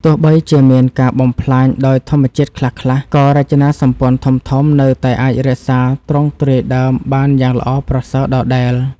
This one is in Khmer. ទោះបីជាមានការបំផ្លាញដោយធម្មជាតិខ្លះៗ ក៏រចនាសម្ព័ន្ធធំៗនៅតែអាចរក្សាទ្រង់ទ្រាយដើមបានយ៉ាងល្អប្រសើរដដែល។